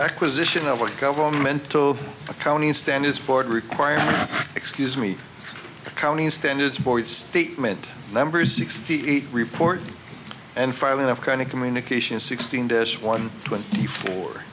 acquisition of a governmental accounting standards board requirement excuse me accounting standards board statement number sixty eight report and filing of kind of communications sixteen dish one twenty four